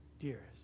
dearest